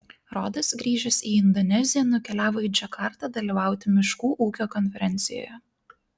rodas grįžęs į indoneziją nukeliavo į džakartą dalyvauti miškų ūkio konferencijoje